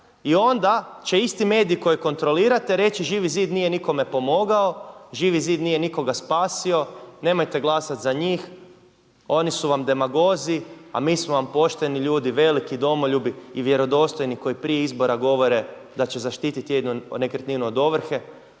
I onda će isti mediji koje kontrolirate reći Živi zid nije nikome pomogao, Živi zid nije nikoga spasio, nemojte glasati za njih oni su vam demagozi, a mi smo vam pošteni ljudi, veliki domoljubi i vjerodostojni koji prije izbora govore da će zaštititi jedinu nekretninu od ovrhe,